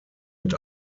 mit